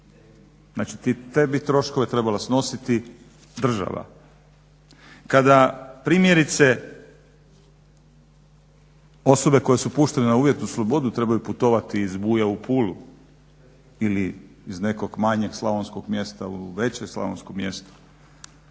Znači te bi troškove trebala snositi država. Kada primjerice osobe koje su puštene na uvjetnu slobodu trebaju putovati iz Buja u Pulu ili iz nekog manjeg slavonskog mjesta u veće slavonsko mjesto